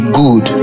good